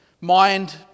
mind